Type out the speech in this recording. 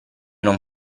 non